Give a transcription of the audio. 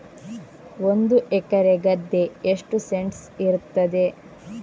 ಒಂದು ಎಕರೆ ಗದ್ದೆ ಎಷ್ಟು ಸೆಂಟ್ಸ್ ಇರುತ್ತದೆ?